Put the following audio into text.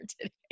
today